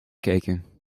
kijken